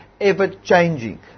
ever-changing